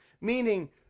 Meaning